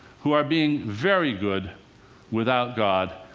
who are being very good without god.